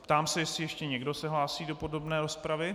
Ptám se, jestli ještě někdo se hlásí do podrobné rozpravy.